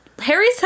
Harry's